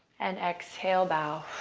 and exhale, bow.